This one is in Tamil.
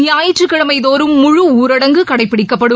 ஞாயிற்றுக்கிழமைதோறும் முழுஊரடங்கு கடைப்பிடிக்கப்படும்